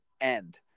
end